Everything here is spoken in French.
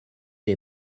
les